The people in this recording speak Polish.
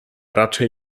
raczej